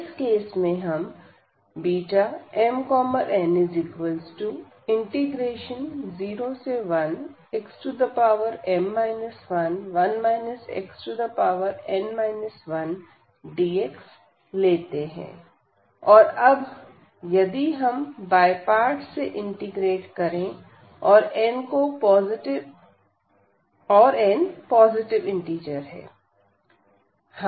इस केस में हम Bmn01xm 11 xn 1dx लेते हैं और अब यदि हम बाय पार्ट्स से इंटीग्रेट करें और n को पॉजिटिव इंटिजर लेते है